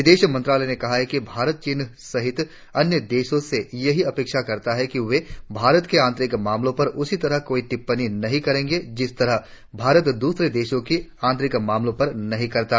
विदेश मंत्रालय ने कहा कि भारत चीन सहित अन्य देशों से यहीं अपेक्षा करता है कि वे भारत के आंतरिक मामलों पर उसी प्रकार कोई टिप्पणी नहीं करेंगे जिस तरह भारत दूसरे देशों के आंतरिक मामलों में नहीं करता